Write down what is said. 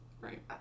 right